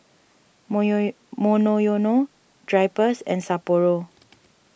Monoyono Drypers and Sapporo